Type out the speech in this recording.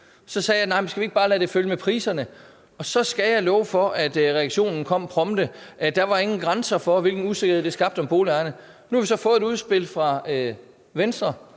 så sagde jeg: Nej, skal vi ikke bare lade den følge med priserne? Og så skal jeg love for, at reaktionen kom prompte: Der var ingen grænser for, hvilken usikkerhed det skabte for boligejerne. Nu har vi så fået et udspil fra Venstre,